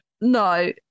no